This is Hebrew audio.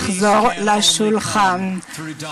בהנהגה הפלסטינית לחזור לשולחן הדיונים.